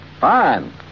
Fine